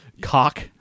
cock